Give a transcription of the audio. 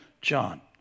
John